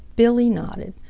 billy nodded.